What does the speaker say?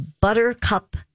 buttercup